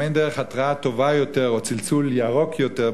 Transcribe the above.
האם אין דרך התרעה טובה יותר או צלצול "ירוק" יותר,